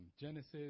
Genesis